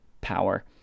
power